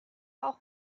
auch